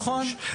נכון.